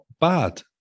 bad